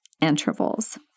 intervals